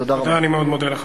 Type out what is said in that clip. תודה רבה.